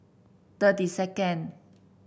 thirty second